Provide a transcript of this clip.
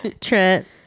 Trent